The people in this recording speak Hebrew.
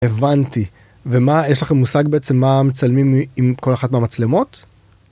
הבנתי ומה יש לכם מושג בעצם מה מצלמים עם כל אחת מהמצלמות.